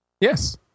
Yes